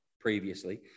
previously